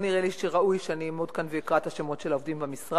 לא נראה לי שראוי שאני אעמוד כאן ואקרא את השמות של העובדים במשרד.